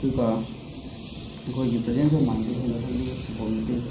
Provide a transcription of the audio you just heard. ꯑꯗꯨꯒ ꯑꯩꯈꯣꯏꯒꯤ presence of ꯃꯥꯏꯟꯁꯨ ꯍꯦꯟꯒꯠꯍꯜꯂꯤ ꯐꯨꯠꯕꯣꯜ ꯑꯁꯤ